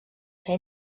ser